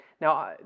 Now